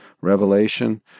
revelation